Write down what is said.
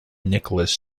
nicholas